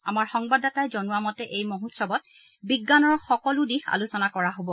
আমাৰ সংবাদদাতাই জনোৱা মতে এই মহোৎসৱত বিজ্ঞানৰ সকলো দিশ আলোচনা কৰা হ'ব